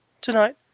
tonight